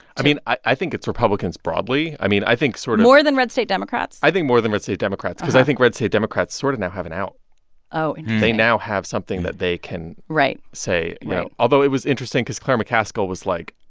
i mean, i think it's republicans broadly. i mean, i think sort of. more than red-state democrats? i think more than red-state democrats cause i think red-state democrats sort of now have an out oh, interesting and they now have something that they can. right. say right although it was interesting because claire mccaskill was like,